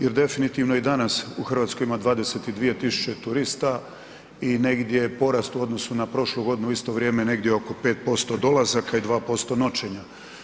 Jer definitivno i danas u Hrvatskoj ima 22 tisuće turista i negdje porast u odnosu na prošlu godinu u isto vrijeme oko 5% dolazaka i 2% noćenja.